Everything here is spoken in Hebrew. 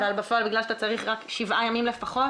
אבל בפועל בגלל שאתה צריך רק שבעה ימים לפחות,